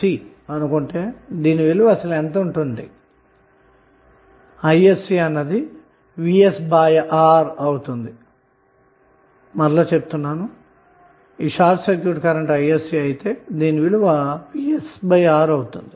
సరే మీరు terminals a b ల ను షార్ట్ సర్క్యూట్ చేస్తే షార్ట్ సర్క్యూట్ కరెంట్ అన్నది isc అయితే దీని విలువ isc v s R అవుతుంది